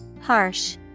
Harsh